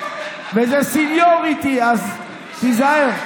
וזה סניוריטי, אז תיזהר.